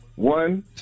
One